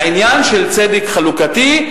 העניין של צדק חלוקתי,